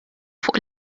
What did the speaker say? fuq